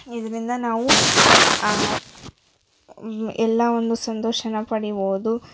ಇದರಿಂದ ನಾವು ಎಲ್ಲವನ್ನು ಸಂತೋಷನ ಪಡಿಬೋದು